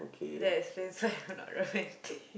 that's that's why you're not romantic